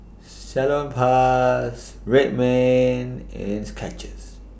Salonpas Red Man and Skechers